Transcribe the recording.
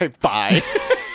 Bye